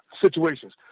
situations